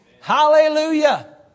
Hallelujah